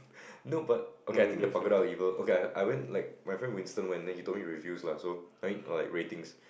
no but okay I think the Pagoda evil okay I I went like my friend Winston went then he told me reviews lah so I mean or like ratings